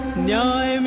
know